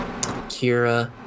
kira